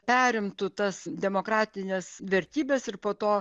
perimtų tas demokratines vertybes ir po to